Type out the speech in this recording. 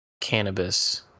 cannabis